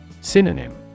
Synonym